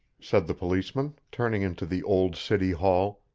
said the policeman, turning into the old city hall,